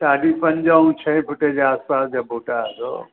साढी पंज ऐं छह फूट जे आस पास जा बोटा अथव